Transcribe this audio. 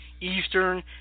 Eastern